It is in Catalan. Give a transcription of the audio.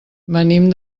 venim